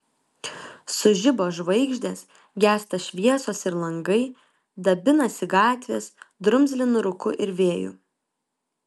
sužibo žvaigždės gęsta šviesos ir langai dabinasi gatvės drumzlinu rūku ir vėju